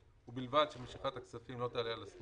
באופן שהם לא היו ממוסים במצב